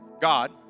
God